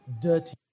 dirty